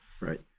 Right